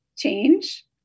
change